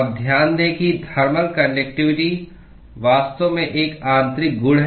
अब ध्यान दें कि थर्मल कान्डक्टिवटी वास्तव में एक आंतरिक गुण है